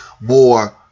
more